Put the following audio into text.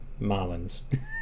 marlins